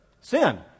Sin